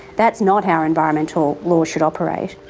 that's not how environmental law should operate.